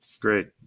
Great